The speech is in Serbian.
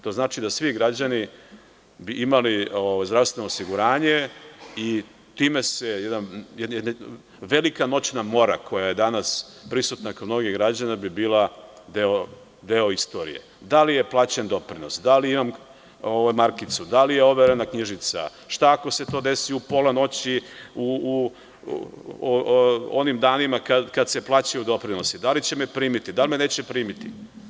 To znači da svi građani bi imali zdravstveno osiguranje i time bi se jedna velika noćna mora koja je danas prisutna kod mnogih građana bi bila deo istorije – da li je plaćen doprinos, da li imam markicu, da li je overena knjižica, šta ako se to desi u pola noći u onim danima kada se plaćaju doprinosi, da li će me primite, da li me neće primiti.